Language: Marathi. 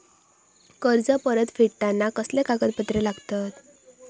कर्ज परत फेडताना कसले कागदपत्र लागतत?